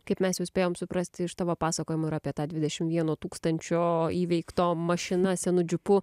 kaip mes jau spėjome suprasti iš tavo pasakojimų apie tą dvidešimt vieno tūkstančio įveikto mašina senu džipu